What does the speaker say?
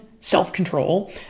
self-control